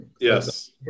Yes